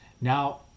now